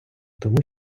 тому